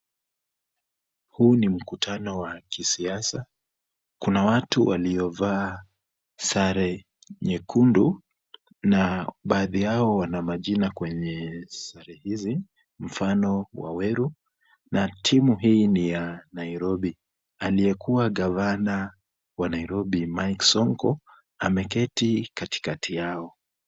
Huu ni mkutano wa kisiasa, kuna watu waliovaa sare nyekundu na baadhi yao wana majina kwenye sare hizi, mfano Waweru na timu hii ni ya Nairobi. Aliyekuwa gavana wa Nairobi Mike Sonko ameketi katikati yao.